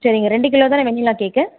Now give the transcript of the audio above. சரிங்க ரெண்டு கிலோ தானே வெண்ணிலா கேக்கு